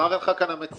אמר לך המציע.